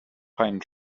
pine